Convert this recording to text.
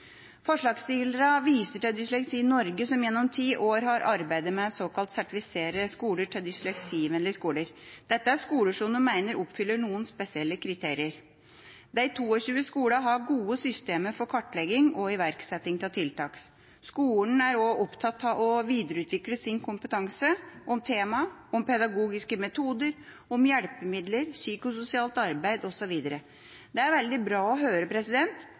Forslagsstillerne viser til Dysleksi Norge, som gjennom 10 år har arbeidet med å såkalt sertifisere skoler til dysleksivennlige skoler. Dette er skoler de mener oppfyller noen spesielle kriterier. Disse 22 skolene har gode systemer for kartlegging og iverksetting av tiltak. Skolene er også opptatt av å videreutvikle sin kompetanse om temaet, om pedagogiske metoder, om hjelpemidler, psykososialt arbeid osv. Dette er veldig bra å høre,